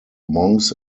monks